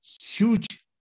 huge